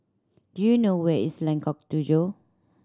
do you know where is Lengkok Tujoh